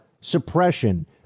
suppression